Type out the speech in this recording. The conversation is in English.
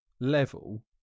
level